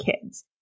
kids